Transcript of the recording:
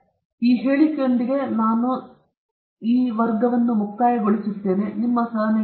ನಾನು ಈ ಹೇಳಿಕೆಗಳೊಂದಿಗೆ ಮುಕ್ತಾಯಗೊಳಿಸುತ್ತೇನೆ